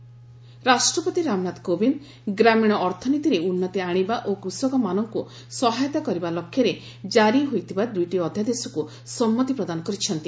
ଗଭ୍ rural economy ରାଷ୍ଟ୍ରପତି ରାମନାଥ କୋବିନ୍ଦ ଗ୍ରାମୀଣ ଅର୍ଥନୀତିରେ ଉନ୍ନତି ଆଶିବା ଓ କୃଷକମାନଙ୍କୁ ସହାୟତା କରିବା ଲକ୍ଷ୍ୟରେ ଜାରି ହୋଇଥିବା ଦୁଇଟି ଅଧ୍ୟାଦେଶକୁ ସମ୍ମତି ପ୍ରଦାନ କରିଛନ୍ତି